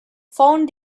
found